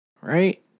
Right